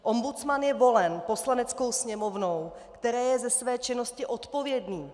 Ombudsman je volen Poslaneckou sněmovnou, které je ze své činnosti odpovědný.